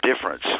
difference